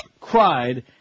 cried